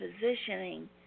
positioning